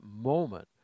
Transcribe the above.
moment